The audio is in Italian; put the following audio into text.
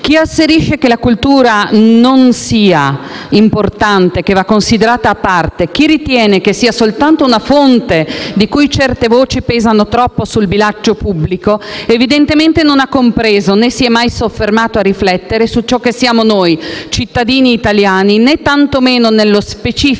Chi asserisce che la cultura non sia importante, che vada considerata a parte, chi ritiene che sia soltanto una fonte, di cui certe voci pesano troppo sul bilancio pubblico, evidentemente non ha compreso, né si è mai soffermato a riflettere su ciò che siamo noi, cittadini italiani, né tantomeno, nello specifico,